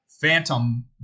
phantom